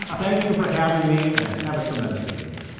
thank you for having me and have a tremendous evening.